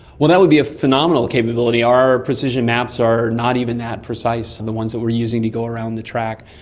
that would be a phenomenal capability. our precision maps are not even that precise, and the ones that we are using to go around the track.